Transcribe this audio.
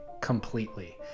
completely